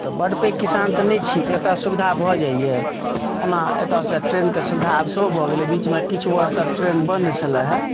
तऽ बड्ड पैघ किसान तऽ नहि छी तऽ एतय सुविधा भऽ जाइए ओना एतयसँ ट्रेनके सुविधा आब सेहो भऽ गेलै बीचमे किछु वर्ष तक ट्रेन बन्द छलए हे